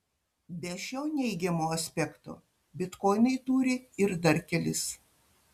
be šio neigiamo aspekto bitkoinai turi ir dar kelis